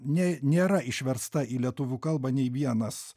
nė nėra išversta į lietuvių kalbą nei vienas